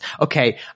Okay